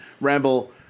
ramble